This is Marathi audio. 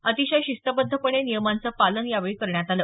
अतिशय शिस्तबद्धपणे नियमांचं पालन यावेळी करण्यात आलं